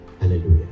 Hallelujah